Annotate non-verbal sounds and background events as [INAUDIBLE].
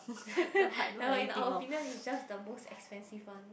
[LAUGHS] ya lor in our opinion is just the most expensive one